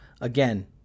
Again